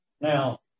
Now